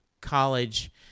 college